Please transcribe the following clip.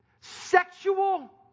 Sexual